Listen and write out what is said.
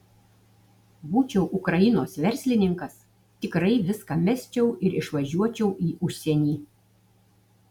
būčiau ukrainos verslininkas tikrai viską mesčiau ir išvažiuočiau į užsienį